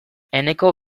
eneko